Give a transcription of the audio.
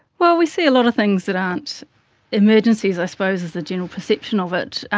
well, we see a lot of things that aren't emergencies, i suppose, as the general perception of it.